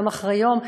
יום אחרי יום,